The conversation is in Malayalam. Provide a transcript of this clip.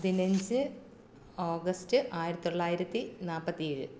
പതിനഞ്ച് ഓഗസ്റ്റ് ആയിരത്തി തൊള്ളായിരത്തി നാല്പ്പത്തി ഏഴ്